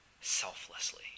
selflessly